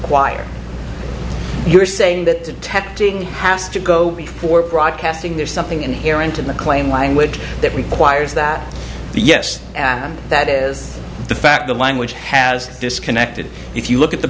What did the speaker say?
required you're saying that tempting has to go before broadcasting there's something inherent in the claim language that requires that yes that is the fact the language has disconnected if you look at the